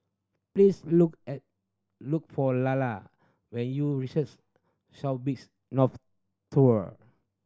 please look at look for Lalla when you reaches South Beach North Tower